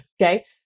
okay